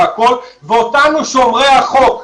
ואותנו שומרי החוק,